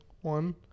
one